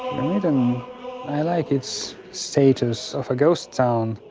and i like its status of a ghost town.